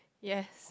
yes